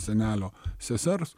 senelio sesers